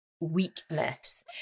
weakness